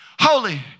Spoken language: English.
holy